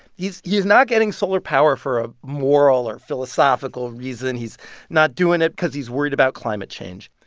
he's he is not getting solar power for a moral or philosophical reason. he's not doing it cause he's worried about climate change.